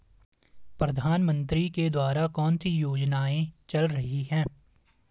प्रधानमंत्री के द्वारा कौनसी योजनाएँ चल रही हैं?